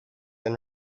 and